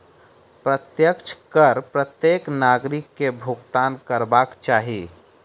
प्रत्यक्ष कर प्रत्येक नागरिक के भुगतान करबाक चाही